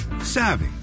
savvy